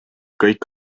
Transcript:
kõik